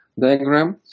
diagram